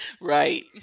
Right